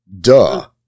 duh